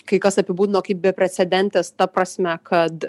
kai kas apibūdino kaip beprecedentes ta prasme kad